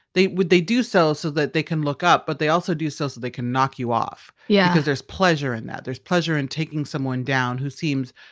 they, well they do so so that they can look up. but they also do so so they can knock you off yeah because there's pleasure in that. there's pleasure in taking someone down who seems,